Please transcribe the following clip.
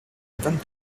vingt